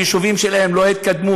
היישובים שלהם לא התקדמו.